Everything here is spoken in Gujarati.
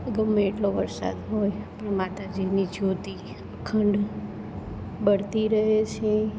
ગમે એટલો વરસાદ હોય પણ માતાજીની જ્યોતિ અખંડ બળતી રહે છે